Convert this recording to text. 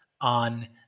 on